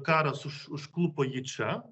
karas už užklupo jį čia